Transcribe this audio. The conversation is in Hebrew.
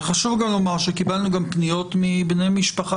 אבל חשוב גם לומר שקיבלנו גם פניות מבני משפחה